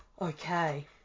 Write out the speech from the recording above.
Okay